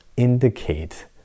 indicate